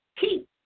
keep